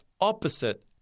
opposite